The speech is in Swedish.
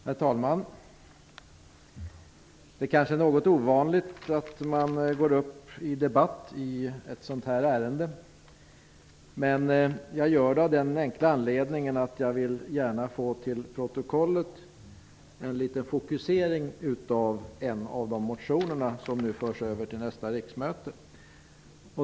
Herr talman! Det är kanske något ovanligt att man går upp i debatt i ett sådant här ärende. Jag gör det av den enkla anledningen att jag gärna vill få en liten fokusering i protokollet på en av de motioner som nu förs över till nästa riksmöte.